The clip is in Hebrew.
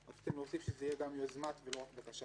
רציתם להוסיף שזה יהיה גם "ביוזמת" ולא רק "בקשה".